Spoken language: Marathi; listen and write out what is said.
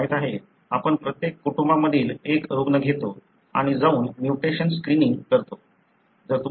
तुम्हाला माहिती आहे आपण प्रत्येक कुटुंबा मधील एक रुग्ण घेतो आणि जाऊन म्युटेशन्स स्क्रीनिंग करतो